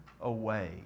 away